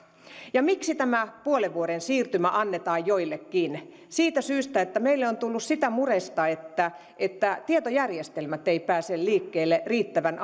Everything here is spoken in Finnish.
miksi tämä puolen vuoden siirtymä annetaan joillekin siitä syystä että meille on tullut sitä muresta että että tietojärjestelmät eivät pääse liikkeelle riittävän